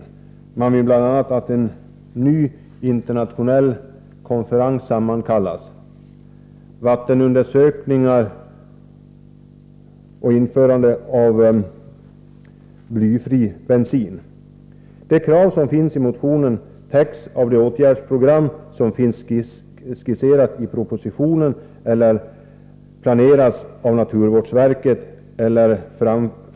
Man vill bl.a. att en ny internationell konferens sammankallas, att vattenundersökningar utförs och att blyfri bensin införes. De krav som finns i motionen täcks av det åtgärdsprogram som skisserats i propositionen eller planeras av naturvårdsverket.